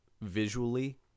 visually